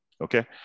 Okay